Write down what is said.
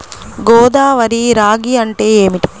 గోదావరి రాగి అంటే ఏమిటి?